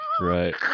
right